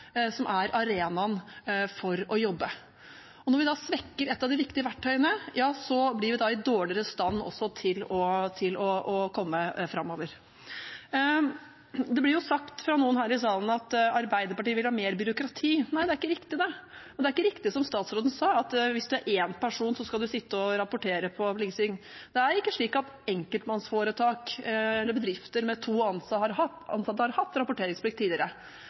viktige verktøyene, blir vi i dårligere stand til å komme framover. Det blir sagt fra noen her i salen at Arbeiderpartiet vil ha mer byråkrati. Nei, det er ikke riktig. Det er ikke riktig som statsråden sa, at hvis det er én person, skal en rapportere på likestilling. Det er ikke slik at enkeltpersonforetak eller bedrifter med to ansatte har hatt rapporteringsplikt tidligere. Alle bedrifter med mer enn fem ansatte hadde rapporteringsplikt for kjønn. Vi foreslår at alle bedrifter med over 20 ansatte skal ha rapporteringsplikt